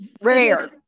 rare